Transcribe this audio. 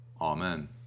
Amen